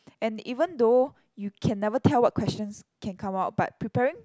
and even though you can never tell what questions can come out but preparing